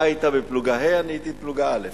אתה היית בפלוגה ה' אני הייתי בפלוגה א'.